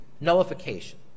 nullification